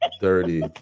dirty